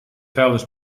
vuilnis